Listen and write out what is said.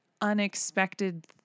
unexpected